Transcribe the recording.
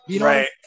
Right